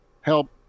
help